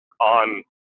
on